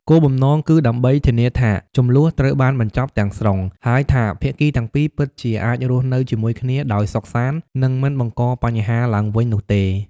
គោលបំណងគឺដើម្បីធានាថាជម្លោះត្រូវបានបញ្ចប់ទាំងស្រុង ហើយថាភាគីទាំងពីរពិតជាអាចរស់នៅជាមួយគ្នាដោយសុខសាន្ត និងមិនបង្កបញ្ហាឡើងវិញនោះទេ។